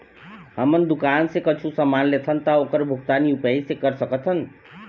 हमन दुकान से कुछू समान लेथन ता ओकर भुगतान यू.पी.आई से कर सकथन?